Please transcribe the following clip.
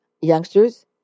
youngsters